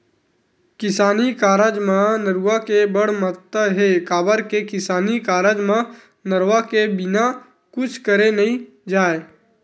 किसानी कारज म नरूवा के बड़ महत्ता हे, काबर के किसानी कारज म नरवा के बिना कुछ करे नइ जाय